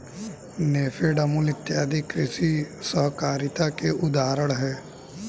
नेफेड, अमूल इत्यादि कृषि सहकारिता के उदाहरण हैं